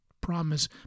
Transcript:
promise